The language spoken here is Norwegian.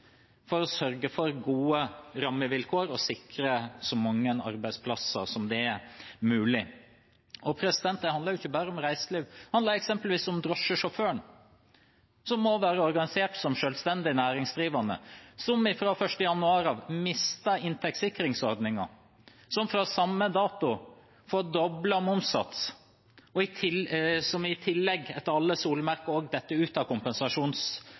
for å sørge for gode rammevilkår og sikre så mange arbeidsplasser som mulig. Det handler ikke bare om reiseliv. Det handler eksempelvis om drosjesjåføren som må være organisert som selvstendig næringsdrivende, som fra 1. januar mister inntektssikringsordningen, som fra samme dato får doblet momssats, og som i tillegg, etter alle solemerker, også detter ut av